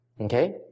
Okay